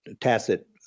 tacit